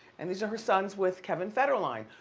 and these are her sons with kevin federline.